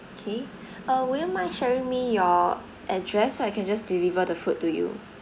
K uh would you mind sharing me your address so I can just deliver the food to you